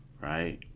right